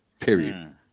Period